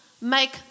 Make